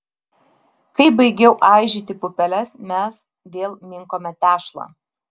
kai baigiau aižyti pupeles mes vėl minkome tešlą